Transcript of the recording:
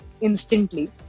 instantly